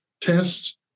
tests